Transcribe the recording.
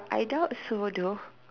I doubt so though